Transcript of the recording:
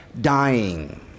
dying